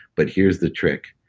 but here's the trick.